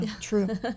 true